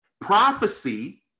Prophecy